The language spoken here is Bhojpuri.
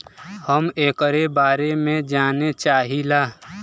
हम एकरे बारे मे जाने चाहीला?